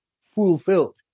fulfilled